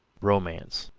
romance,